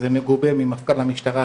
זה מגובה ממפכ"ל המשטרה,